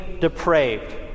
depraved